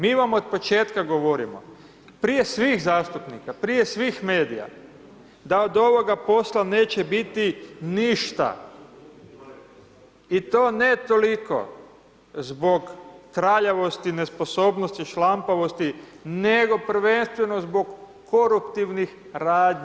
Mi vam od početka govorimo, prije svih zastupnika, prije svih medija, da od ovoga posla neće biti ništa, i to ne toliko zbog traljavosti, nesposobnosti, šlampavosti, nego prvenstveno zbog koruptivnih radnji.